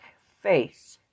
face